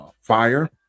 fire